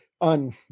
on